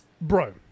bro